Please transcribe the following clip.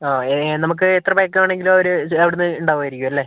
ആ നമുക്ക് എത്ര പേയ്ക്ക് വേണമെങ്കിലും അവർ അവിടുന്ന് ഉണ്ടാവുമായിരിക്കും അല്ലേ